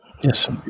Yes